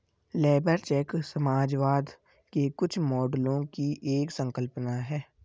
labour check समाजवाद के कुछ मॉडलों की एक संकल्पना है